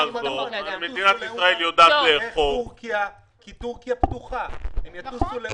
השאלה שלי מאוד קונקרטית: מי נתן אישור ל-30,000 איש לטוס בעת הזאת